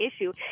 issue